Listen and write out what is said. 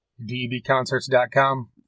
debconcerts.com